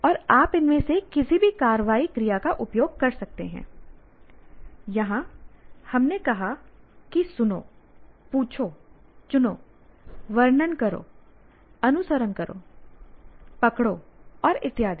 और आप इनमें से किसी भी कार्रवाई क्रिया का उपयोग कर सकते हैं यहां हमने कहा कि सुनो पूछो चुनो वर्णन करो अनुसरण करो दे दो पकड़ो और इत्यादि